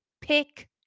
pick